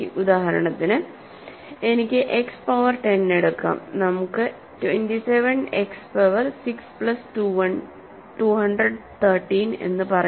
ഉദാഹരണത്തിന് എനിക്ക് x power 10 എടുക്കാം നമുക്ക് 27 എക്സ് പവർ 6 പ്ലസ് 213 എന്ന് പറയാം